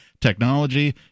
technology